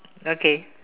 okay